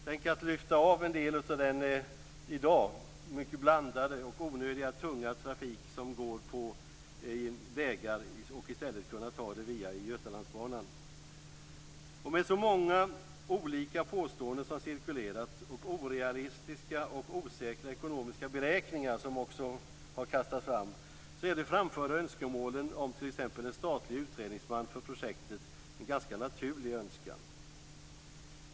Tänk att lyfta av en del av den i dag mycket blandade och onödiga tunga trafik som går på vägar och i stället kunna ta den via Götalandsbanan! Med så många olika påståenden som har cirkulerat, och orealistiska och osäkra ekonomiska beräkningar som också har kastats fram, är de framförda önskemålen om t.ex. en statlig utredningsman för projektet en ganska naturlig önskan.